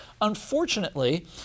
Unfortunately